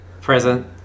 present